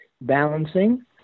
balancing